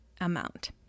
amount